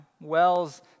wells